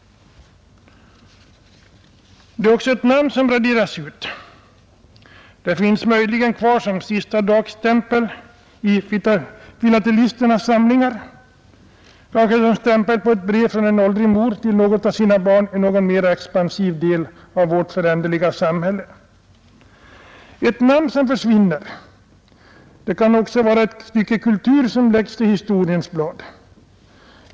Det är också ett namn som raderas ut; det finns möjligen kvar på en sistadagsstämpel i filatelisternas samlingar, kanske en stämpel på ett brev från en åldrig mor till något av hennes barn i en mer expansiv del av vårt föränderliga samhälle. Ett namn som försvinner! Det kan också vara ett stycke kultur som läggs till historiens blad.